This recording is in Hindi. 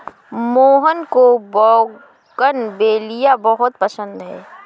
मोहन को बोगनवेलिया बहुत पसंद है